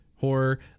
horror